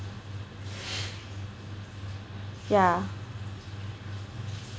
yeah